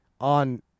on